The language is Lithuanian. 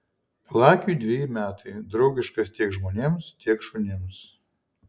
lakiui dveji metai draugiškas tiek žmonėms tiek šunims